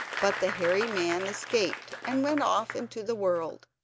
but the hairy man escaped and went off into the world.